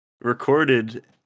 recorded